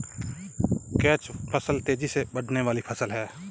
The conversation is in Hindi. कैच फसल तेजी से बढ़ने वाली फसल है